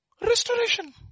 restoration